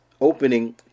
opening